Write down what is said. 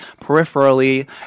peripherally